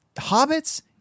hobbits